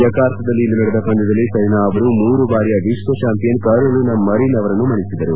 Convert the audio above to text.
ಜಕಾರ್ತದಲ್ಲಿ ಇಂದು ನಡೆದ ಪಂದ್ಯದಲ್ಲಿ ಸೈನಾ ಅವರು ಮೂರು ಬಾರಿಯ ವಿಶ್ವಚಾಂಪಿಯನ್ ಕರೋಲಿನಾ ಮರಿನ್ ಅವರನ್ನು ಮಣಿಸಿದರು